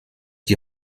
die